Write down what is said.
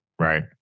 Right